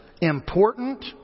important